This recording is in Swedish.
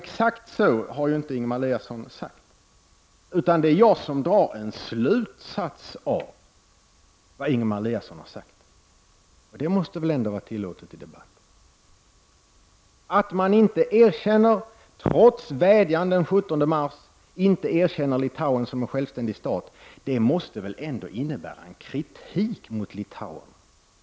Exakt så har inte Ingemar Eliasson uttryckt sig, utan det är jag som drar en slutsats av vad Ingemar Eliasson sagt. Det måste väl ändå vara tillåtet i en debatt. Att man trots vädjan den 17 mars inte erkänner Litauen som en självständig stat måste väl ändå innebära en kritik mot Litauen.